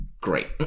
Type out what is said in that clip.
great